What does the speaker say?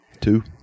Two